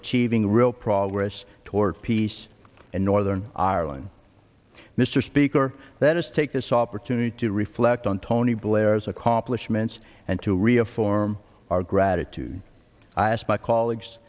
achieving real progress toward peace in northern ireland mr speaker that is take this opportunity to reflect on tony blair's accomplishments and to reaffirm our gratitude i ask my colleagues